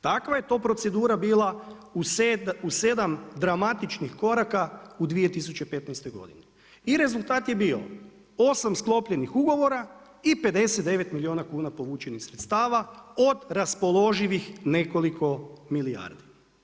Takva je to procedura bila u 7 dramatičnih koraka u 2015. godini, i rezultat je bio, 8 sklopljenih ugovora i 59 milijuna kuna povučenih sredstava od raspoloživih nekoliko milijardi.